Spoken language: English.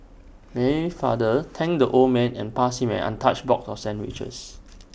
Mary's father thanked the old man and passed him an untouched box of sandwiches